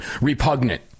Repugnant